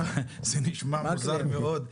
זה נשמע מוזר מאוד.